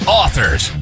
authors